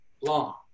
long